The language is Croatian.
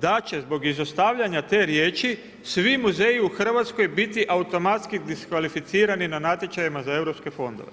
da će zbog izostavljanja te riječi, svi muzeji u Hrvatskoj biti automatski diskvalificirani na natječajima za europske fondove.